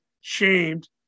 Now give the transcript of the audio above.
shamed